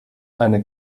eine